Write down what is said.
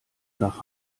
nach